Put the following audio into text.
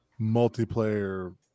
multiplayer